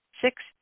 Six